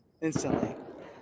Instantly